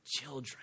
children